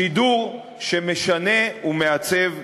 שידור שמשנה ומעצב תודעה.